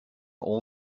all